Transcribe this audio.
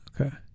okay